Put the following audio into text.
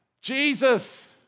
Jesus